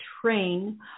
train